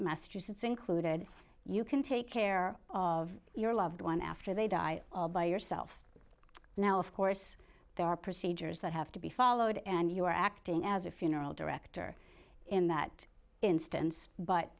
massachusetts included you can take care of your loved one after they die all by yourself now of course there are procedures that have to be followed and you're acting as a funeral director in that instance but